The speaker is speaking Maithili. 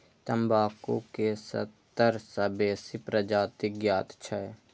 तंबाकू के सत्तर सं बेसी प्रजाति ज्ञात छै